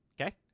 Okay